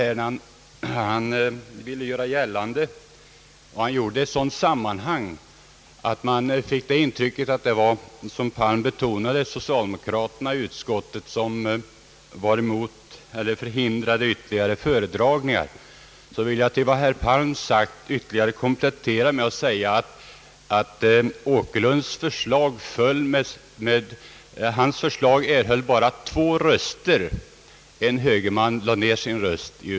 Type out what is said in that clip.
Detta fälldes i ett sådant sammanhang att man, som herr Palm betonade, fick det intrycket att herr Åkerlund ville göra gällande att det var socialdemokraterna i utskot tet som förhindrade ytterligare föredragningar. Till komplettering av vad herr Palm sagt vill jag nämna att herr Åkerlunds förslag i utskottet bara erhöll två röster; en högerman lade ned sin röst.